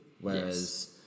Whereas